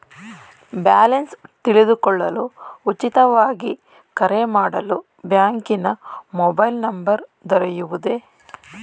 Balance ತಿಳಿದುಕೊಳ್ಳಲು ಉಚಿತವಾಗಿ ಕರೆ ಮಾಡಲು ಬ್ಯಾಂಕಿನ ಮೊಬೈಲ್ ನಂಬರ್ ದೊರೆಯುವುದೇ?